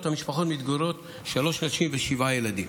המשפחות מתגוררים שלוש נשים ושבעה ילדים.